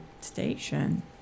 station